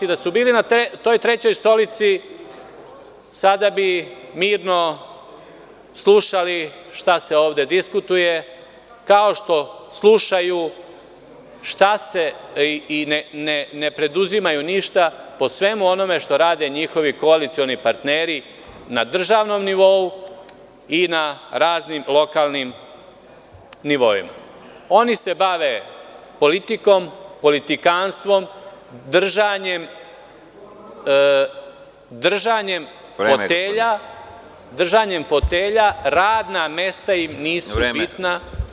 Da su bili na toj trećoj stolici sada bi mirno slušali šta se ovde diskutuje, kao što slušaju i ne preduzimaju ništa o svemu onome što rade njihovi koalicioni partneri na državnom nivou i na raznim lokalnim nivoima. (Predsedavajući: Vreme.) Oni se bave politikom, politikanstvom, držanjem fotelja, a radna mesta im nisu bitna.